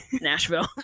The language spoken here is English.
Nashville